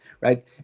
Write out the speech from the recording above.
right